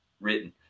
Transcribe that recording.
written